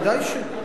ודאי שלא.